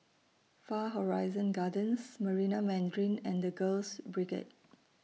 Far Horizon Gardens Marina Mandarin and The Girls Brigade